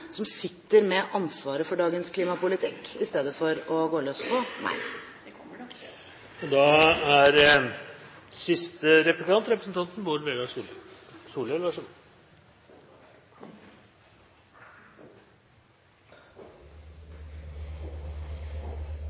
som sitter med ansvaret for dagens klimapolitikk, i stedet for å gå løs på meg. Det kommer